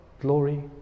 glory